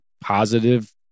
positive